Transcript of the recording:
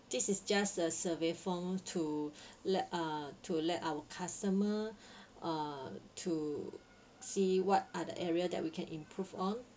this is just a survey form to let uh to let our customer uh to see what are the area that we can improve on